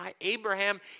Abraham